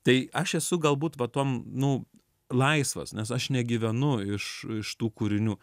tai aš esu galbūt va tuom nu laisvas nes aš negyvenu iš iš tų kūrinių